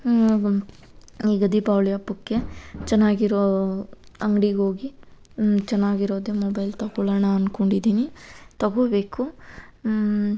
ಈಗ ದೀಪಾವಳಿ ಹಬ್ಬಕ್ಕೆ ಚೆನ್ನಾಗಿರೋ ಅಂಗಡಿಗೋಗಿ ಚೆನ್ನಾಗಿರೋದೇ ಮೊಬೈಲ್ ತೊಕೊಳೋಣ ಅನ್ಕೊಂಡಿದ್ದೀನಿ ತೊಗೋಬೇಕು